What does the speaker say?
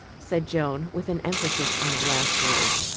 said joan, with an emphasis on the last word.